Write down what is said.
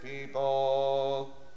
people